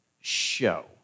Show